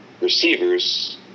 receivers